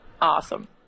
Awesome